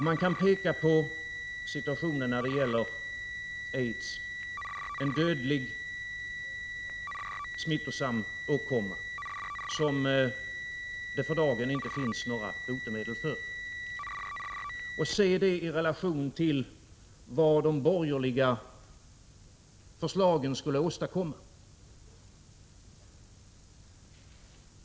Man kan peka på situationen när det gäller aids — en dödlig, smittosam åkomma som det för dagen inte finns några botemedel mot — och se den i relation till vad de borgerliga förslagen skulle åstadkomma.